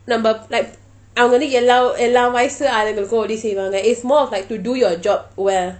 நம்ம:namma like அவங்க வந்து எல்லா எல்லா வயசு ஆளுக்கும் உதவி செய்வாங்க:avanka vanthu ella ella aalukkum uthavi seivanga is more of like to do your job well